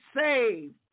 saved